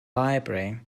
library